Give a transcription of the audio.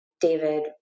David